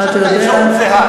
יש לך כאן אפשרות זהה,